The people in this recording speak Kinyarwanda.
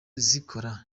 zikora